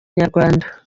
nyarwanda